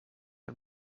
and